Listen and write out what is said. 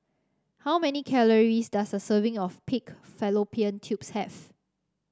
how many calories does a serving of Pig Fallopian Tubes have